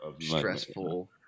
stressful